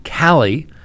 Callie